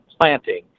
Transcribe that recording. planting